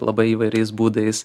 labai įvairiais būdais